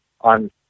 on